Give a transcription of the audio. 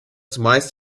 zumeist